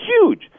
huge